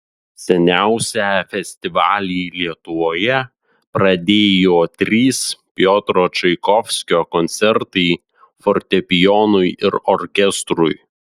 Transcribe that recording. seniausią festivalį lietuvoje pradėjo trys piotro čaikovskio koncertai fortepijonui ir orkestrui